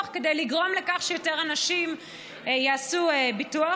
כדי לגרום לכך שיותר אנשים יעשו ביטוח,